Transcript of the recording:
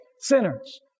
sinners